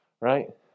Right